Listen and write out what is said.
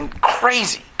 crazy